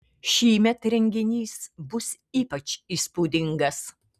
šįmet renginys bus ypač įspūdingas